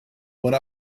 went